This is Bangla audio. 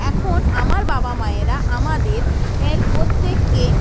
এখন আমার বাবা মায়েরা আমাদের এর প্রত্যেককে